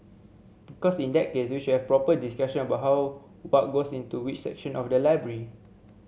because in that case we should have a proper discussion about how what goes into which section of the library